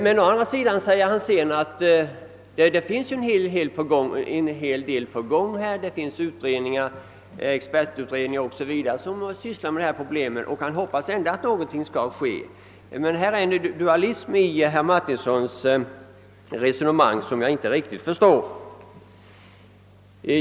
Men å andra sidan sade han sedan att det var en hel del på gång inom detta område — det finns t.ex. expertutredningar som behandlar dessa problem — och att han ändå hoppades att något skulle ske. Denna dualism i herr Martinssons resonemang förstår jag inte riktigt.